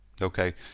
Okay